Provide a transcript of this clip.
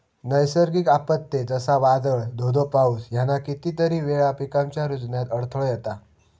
नैसर्गिक आपत्ते, जसा वादाळ, धो धो पाऊस ह्याना कितीतरी वेळा पिकांच्या रूजण्यात अडथळो येता